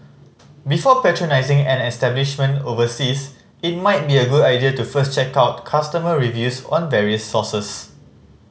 before patronising an establishment overseas it might be a good idea to first check out customer reviews on various sources